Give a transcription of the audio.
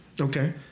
Okay